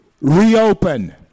reopen